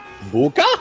Buka